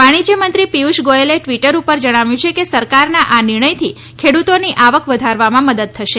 વાણિજય મંત્રી પિયુષ ગોયલે ટિવટર ઉપર જણાવ્યું છે કે સરકારના આ નિર્ણયથી ખેડૂતોની આવક વધારવામાં મદદ થશે